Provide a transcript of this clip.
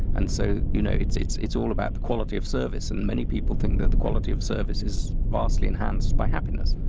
and so you know it's it's all about the quality of service. and many people think that the quality of service is vastly enhanced by happiness.